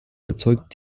erzeugt